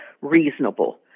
reasonable